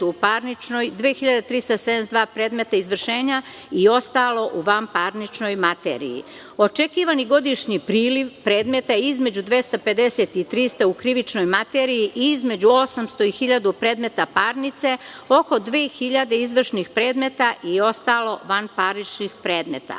u parničnoj i 2.372 predmeta izvršenja i ostalo u vanparničnoj materiji. Očekivani godišnji priliv predmeta je između 250 i 300 u krivičnoj materiji i između 800 i 1.000 predmeta parnice, oko 2.000 izvršnih predmeta i ostalo vanparničnih predmeta.